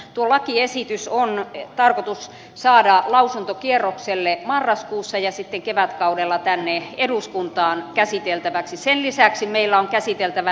tuo lakiesitys on tarkoitus saada lausuntokierrokselle marraskuussa ja sitten kevätkaudella tänne eduskuntaan käsiteltäväksi